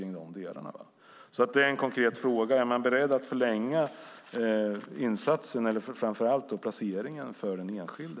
Min konkreta fråga är: Är man från regeringens sida beredd att förlänga insatsen och placeringen för den enskilde?